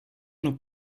nous